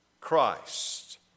Christ